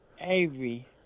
Avery